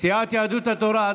סיעת יהדות התורה,